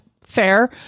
fair